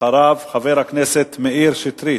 אחריו, חבר הכנסת מאיר שטרית.